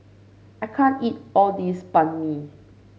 I can't eat all this Banh Mi